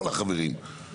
כל החברים.